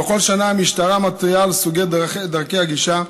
בכל שנה המשטרה מתריעה על סוגיית דרכי הגישה.